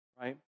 Right